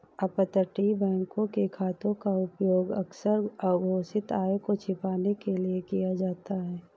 अपतटीय बैंकों के खातों का उपयोग अक्सर अघोषित आय को छिपाने के लिए किया जाता था